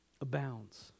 abounds